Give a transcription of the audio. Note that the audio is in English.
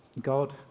God